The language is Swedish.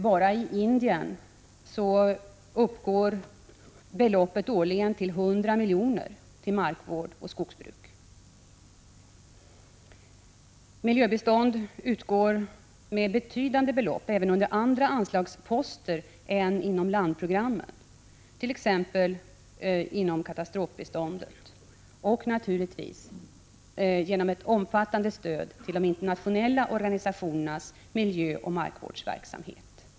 Bara i Indien uppgår det årliga beloppet för markvård och skogsbruk till 100 milj.kr. Miljöbistånd utgår med betydande belopp även under andra anslagsposter än inom landprogrammet, t.ex. inom katastrofbiståndet och naturligtvis genom ett omfattande stöd till de internationella organisationernas miljöoch markvårdsverksamhet.